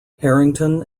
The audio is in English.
harrington